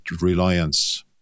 reliance